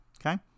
okay